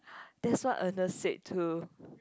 that's what Ernest said too